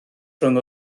rhwng